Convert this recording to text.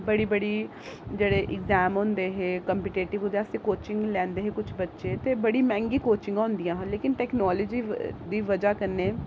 बड़े बड़े जेह्ड़े इग्जाम होंदे हे कम्पिटेटिव उ'दे आस्तै कोचिंग लैंदे हे कुछ बच्चे ते बड़ी मैंह्गी कोचिंगा होंदियां हियां लेकिन टैक्नोलोजी दी बजह् कन्नै